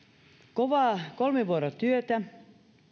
kovaa kolmivuorotyötä